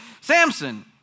Samson